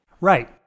Right